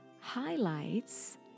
highlights